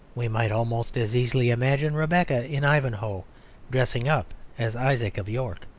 we might almost as easily imagine rebecca in ivanhoe dressing up as isaac of york.